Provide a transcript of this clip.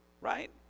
right